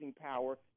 power